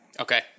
Okay